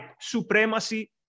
supremacy